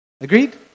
Agreed